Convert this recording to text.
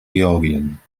georgien